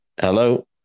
Hello